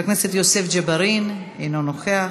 חבר הכנסת יוסף ג'בארין, אינו נוכח,